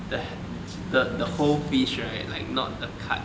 the the the whole fish right like not the cut